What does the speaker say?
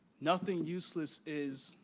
nothing useless is,